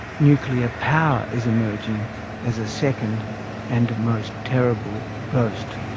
nuclear power is emerging as a second and most terrible ghost.